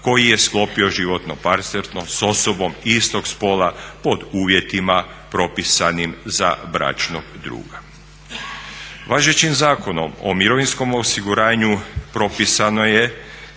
koji je sklopio životno partnerstvo s osobom istog spola pod uvjetima propisanim za bračnog druga. Važećim Zakonom o mirovinskom osiguranju propisano je